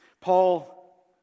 Paul